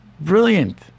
brilliant